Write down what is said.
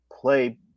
play